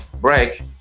break